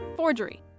forgery